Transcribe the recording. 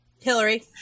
Hillary